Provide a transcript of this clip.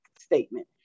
statement